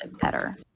Better